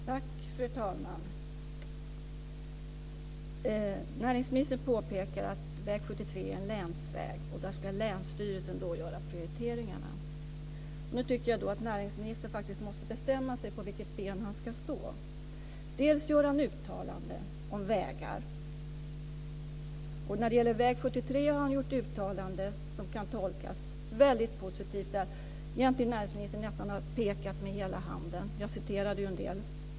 Fru talman! Näringsministern påpekar att väg 73 är en länsväg, och där ska länsstyrelsen göra prioriteringarna. Nu tycker jag att näringsministern faktiskt måste bestämma sig för vilket ben ha ska stå på. Dels gör han uttalanden om vägar. När det gäller väg 73 har han gjort ett uttalande som kan tolkas väldigt positivt, som att näringsministern egentligen nästan har pekat med hela handen. Jag citerade ju en del.